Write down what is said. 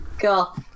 cool